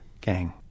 gang